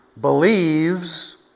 believes